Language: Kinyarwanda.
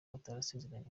batarasezeranye